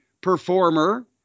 performer